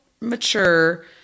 mature